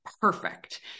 perfect